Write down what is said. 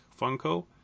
Funko